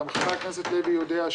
גם חבר הכנסת לוי יודע,